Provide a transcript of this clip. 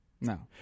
No